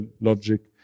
logic